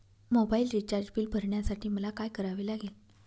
Mobile recharge bill भरण्यासाठी मला काय करावे लागेल?